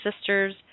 sisters